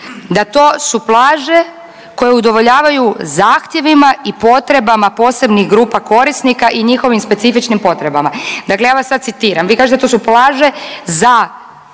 da to su plaže koje udovoljavaju zahtjevima i potrebama posebnih grupa korisnika i njihovim specifičnim potrebama. Dakle ja vas sad citiram, vi kažete to su plaže za